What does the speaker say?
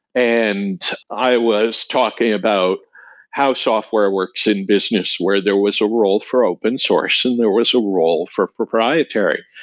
and i was talking about how software works in business where there was a role for open source and there was a role for proprietary.